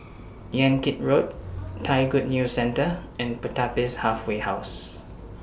Yan Kit Road Thai Good News Centre and Pertapis Halfway House